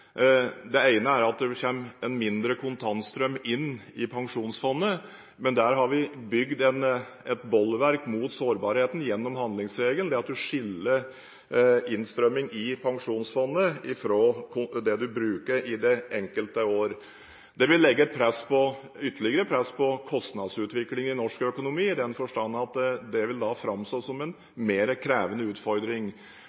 Det ene er at det kommer en mindre kontantstrøm inn i Pensjonsfondet. Men der har vi bygd et bolverk mot sårbarheten gjennom handlingsregelen, ved at man skiller innstrømming i Pensjonsfondet fra det man bruker i det enkelte år. Det vil legge et ytterligere press på kostnadsutviklingen i norsk økonomi i den forstand at det da vil framstå som